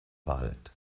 wald